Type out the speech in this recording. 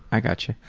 i got ya.